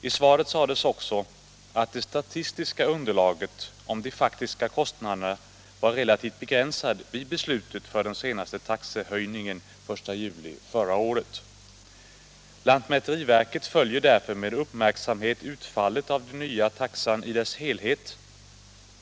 I svaret sades också att det statistiska underlaget om de faktiska kostnaderna var relativt begränsat vid beslutet om den senaste taxehöjningen den 1 juli förra året. Lantmäteriverket följer därför med uppmärksamhet utfallet av den nya taxan i dess helhet.